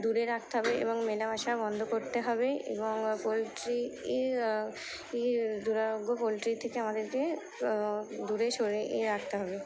দূরে রাখতে হবে এবং মেলামেশা বন্ধ করতে হবে এবং পোলট্রি দুরারোগ্য পোলট্রি থেকে আমাদেরকে দূরে সরে রাখতে হবে